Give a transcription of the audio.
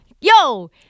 Yo